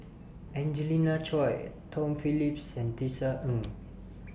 Angelina Choy Tom Phillips and Tisa Ng